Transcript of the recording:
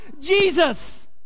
Jesus